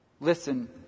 Listen